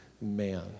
man